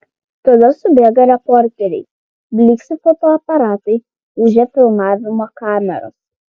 tada subėga reporteriai blyksi fotoaparatai ūžia filmavimo kameros